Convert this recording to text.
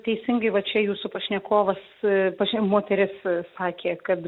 teisingai va čia jūsų pašnekovas prašė moteris sakė kad